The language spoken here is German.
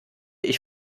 ich